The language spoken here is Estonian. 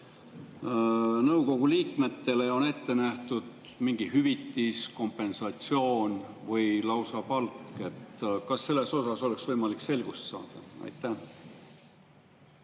nõukogu liikmetele on ette nähtud mingi hüvitis, kompensatsioon või lausa palk. Kas selles osas oleks võimalik selgust saada? Aitäh!